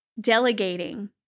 delegating